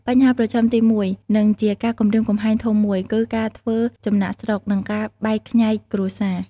បញ្ហាប្រឈមទីមួយ និងជាការគំរាមកំហែងធំមួយ គឺ ការធ្វើចំណាកស្រុក និងការបែកខ្ញែកគ្រួសារ។